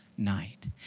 night